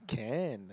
can